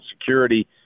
security